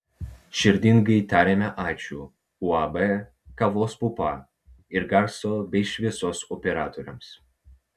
širdingai tariame ačiū uab kavos pupa ir garso bei šviesos operatoriams